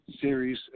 series